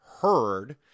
heard